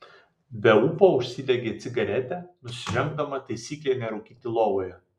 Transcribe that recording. be ūpo užsidegė cigaretę nusižengdama taisyklei nerūkyti lovoje